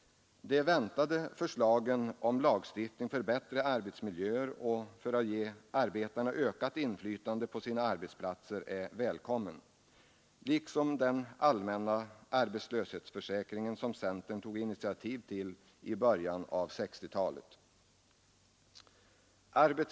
De väntade förslagen om lagstiftning för bättre arbetsmiljöer och för att ge arbetarna ökat inflytande på arbetsplatserna är välkomna liksom den allmänna arbetslöshetsförsäkringen, som centern tog initiativ till i början på 1960-talet.